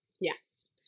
Yes